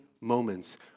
moments